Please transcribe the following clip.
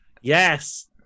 Yes